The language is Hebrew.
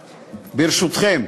ברשותכם,